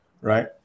right